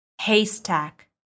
haystack